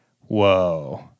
whoa